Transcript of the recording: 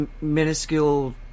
minuscule